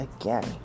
again